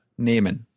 Nehmen